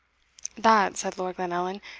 that, said lord glenallan,